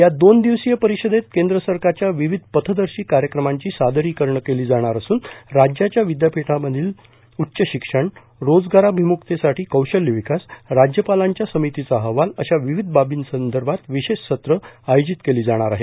या दोन दिवसीय परिषदेत केंद्र सरकारच्या विविध पथदर्शी कार्यक्रमांची सादरीकरणं केली जाणार असून राज्यांच्या विद्यापीठांमधील उच्च शिक्षण रोजगाराभिमुखतेसाठी कौशल्य विकास राज्यपालांच्या समितीचा अहवाल अशा विविध बार्बीसंदर्मात विशेष सत्रं आयोजित केली जाणार आहेत